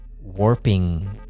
warping